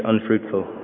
unfruitful